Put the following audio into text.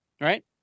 right